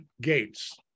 gates